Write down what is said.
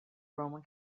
roman